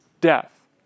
death